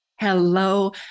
Hello